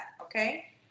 okay